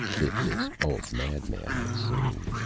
if this old madman had seen.